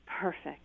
perfect